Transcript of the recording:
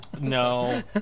no